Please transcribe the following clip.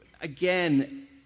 again